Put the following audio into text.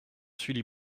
sully